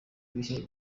bihe